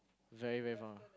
very very